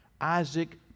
Isaac